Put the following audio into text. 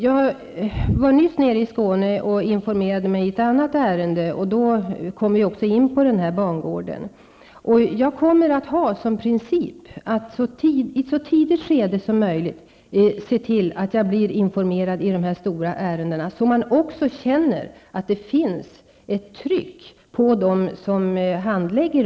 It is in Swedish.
Jag var nyligen i Skåne för att informera mig i ett annat ärende. Vi kom då att diskutera denna bangård. Jag kommer att ha som princip att se till att jag blir informerad i så här stora ärenden i ett så tidigt skede som möjligt. Man skall känna att det finns ett tryck på handläggarna.